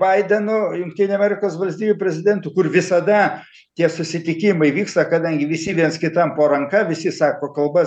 baidenu jungtinių amerikos valstijų prezidentu kur visada tie susitikimai vyksta kadangi visi viens kitam po ranka visi sako kalbas